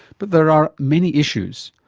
but there are many issues,